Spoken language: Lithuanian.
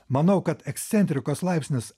manau kad ekscentrikos laipsnis